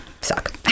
suck